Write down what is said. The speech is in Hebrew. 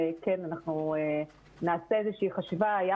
נעשה חשיבה שוב,